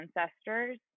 ancestors